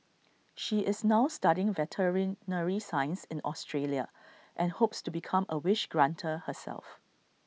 she is now studying veterinary science in Australia and hopes to become A wish granter herself